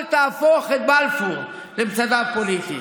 אל תהפוך את בלפור למצדה פוליטית.